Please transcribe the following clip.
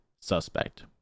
suspect